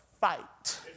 fight